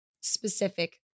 specific